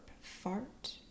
fart